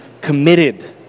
committed